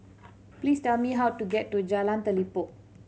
please tell me how to get to Jalan Telipok